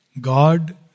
God